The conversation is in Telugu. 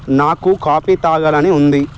నాకు కాఫీ తాగాలని ఉంది